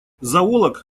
зоолог